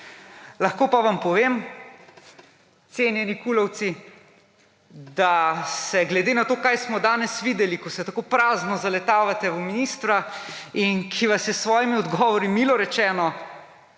Lahko pa vam povem, cenjeni KUL-ovci, da se glede na to, kaj smo danes videli, ko se tako prazno zaletavate v ministra in ki vas je s svojimi odgovori, milo rečeno,